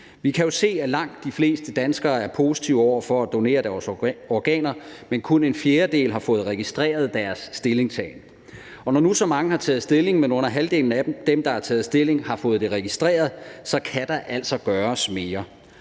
Vi kan jo se, at langt de fleste danskere er positive over for at donere deres organer, men kun en fjerdedel har fået registreret deres stillingtagen. Når nu så mange har taget stilling, men under halvdelen af dem, der har taget stilling, har fået det registreret, kan der altså gøres mere.